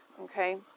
Okay